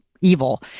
evil